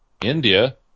India